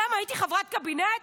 למה, הייתי חברת קבינט?